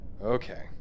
Okay